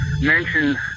mention